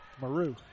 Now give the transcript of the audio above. Maru